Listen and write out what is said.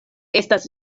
estas